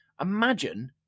imagine